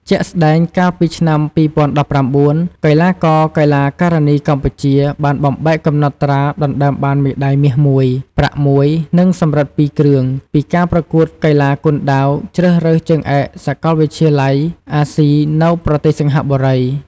ជាក់ស្តែង កាលពីឆ្នាំ ២០១៩ កីឡាករ-កីឡាការិនីកម្ពុជា បានបំបែកកំណត់ត្រាដណ្តើមបានមេដាយមាស ១ ប្រាក់ ១ និងសំរឹទ្ធ ២ គ្រឿង ពីការប្រកួតកីឡាគុនដាវជ្រើសរើសជើងឯកសាកលវិទ្យាល័យអាស៊ី នៅប្រទេសសិង្ហបុរី។